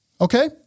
Okay